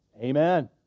Amen